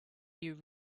you